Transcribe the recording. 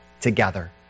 together